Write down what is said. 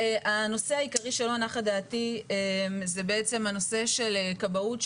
הנושא העיקרי שלא נחה דעתי זה בעצם הנושא של כבאות.